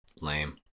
Lame